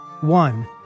One